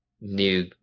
new